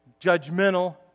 judgmental